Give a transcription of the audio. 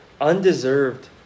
undeserved